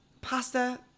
pasta